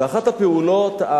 ואחת הפעולות,